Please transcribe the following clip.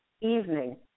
evening